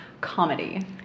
comedy